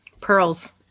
Pearls